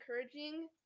encouraging